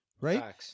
right